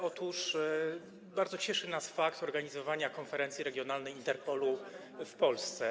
Otóż bardzo cieszy nas fakt organizowania konferencji regionalnej Interpolu w Polsce.